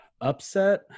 Upset